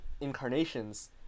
incarnations